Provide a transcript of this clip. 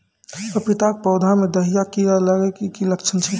पपीता के पौधा मे दहिया कीड़ा लागे के की लक्छण छै?